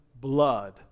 blood